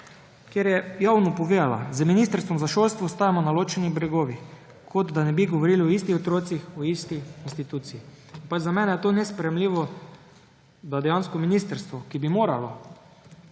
ki je javno povedala: »Z ministrstvom za šolstvo ostajamo na ločenih bregovih, kot da ne bi govorili o istih otrocih, o isti instituciji«. Za mene je to nesprejemljivo, da dejansko ministrstvo, ki bi moralo